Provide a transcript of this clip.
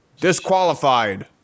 Disqualified